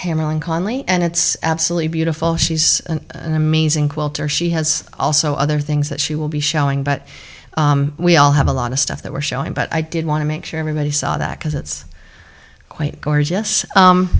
connelly and it's absolutely beautiful she's an amazing quilter she has also other things that she will be showing but we all have a lot of stuff that we're showing but i did want to make sure everybody saw that because it's quite gorgeous